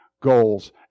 goals